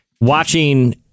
watching